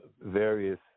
various